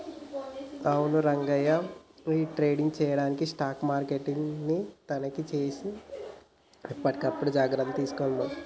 అవును రంగయ్య ఈ ట్రేడింగ్ చేయడానికి స్టాక్ మార్కెట్ ని తనిఖీ సేసి ఎప్పటికప్పుడు జాగ్రత్తలు తీసుకోవాలి మనం